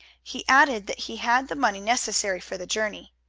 he added that he had the money necessary for the journey.